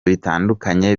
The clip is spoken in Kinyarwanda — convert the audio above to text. bitandukanye